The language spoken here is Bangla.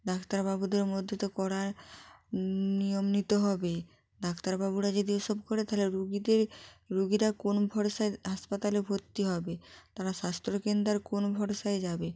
ডাক্তারবাবুদের মধ্যে তো কড়া নিয়ম নিতে হবে দাক্তারবাবুরা যদি ওসব করে তাহলে রুগীদের রুগীরা কোন ভরসায় হাসপাতালে ভর্তি হবে তারা স্বাস্থ্যরকেন্দ্রে আর কোন ভরসায় যাবে